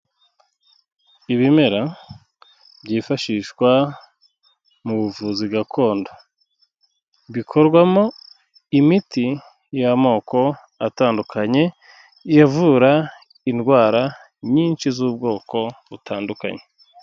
Ibimera byifashishwa mu buvuzi gakondo. Bikorwamo imiti y'amoko atandukanye, ivura indwara nyinshi z'ubwoko butandukanye.